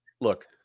look